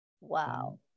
Wow